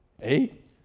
eight